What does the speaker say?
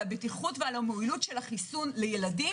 על הבטיחות ועל המועילות של החיסון לילדים.